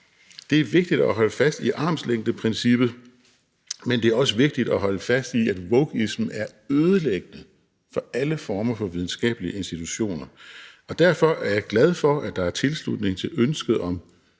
Det er vigtigt at holde fast i armslængdeprincippet, men det er også vigtigt at holde fast i, at wokeism er ødelæggende for alle former for videnskabelige institutioner. Derfor er jeg glad for, at der er tilslutning til ønsket om